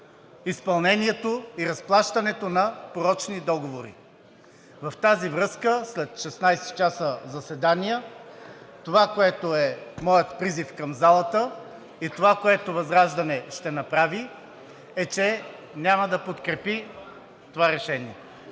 изпълнението и разплащането на порочни договори. В тази връзка – след 16 часа заседание, това, което е моят призив към залата, и това, което ВЪЗРАЖДАНЕ ще направи, е, че няма да подкрепи това решение.